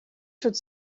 should